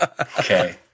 Okay